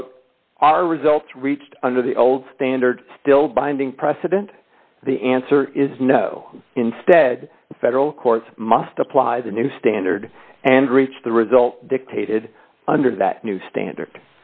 quote our results reached under the old standards still binding precedent the answer is no instead federal courts must apply the new standard and reach the result dictated under that new standard